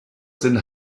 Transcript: sind